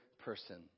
person